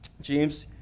James